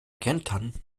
kentern